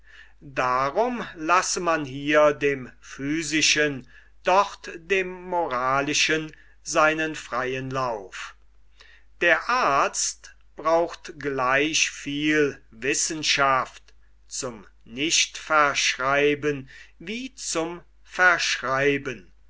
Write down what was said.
darum lasse man hier dem physischen dort dem moralischen seinen freien lauf der arzt braucht gleich viel wissenschaft zum nichtverschreiben wie zum verschreiben